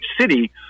City